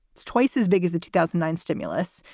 it's twice as big as the two thousand nine stimulus,